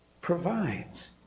provides